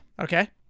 Okay